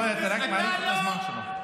עמדה משפטית של מי?